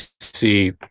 see